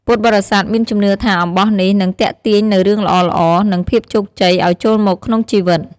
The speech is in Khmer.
ពុទ្ធបរិស័ទមានជំនឿថាអំបោះនេះនឹងទាក់ទាញនូវរឿងល្អៗ និងភាពជោគជ័យឲ្យចូលមកក្នុងជីវិត។